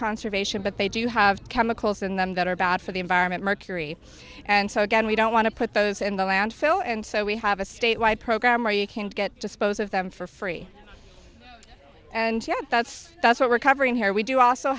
conservation but they do have chemicals in them that are bad for the environment mercury and so again we don't want to put those in the landfill and so we have a statewide program where you can't get dispose of them for free and yet that's what we're covering here we do also